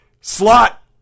slot